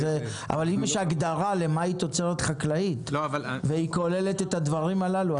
אם יש הגדרה לתוצרת חקלאית והיא כוללת את הדברים הללו,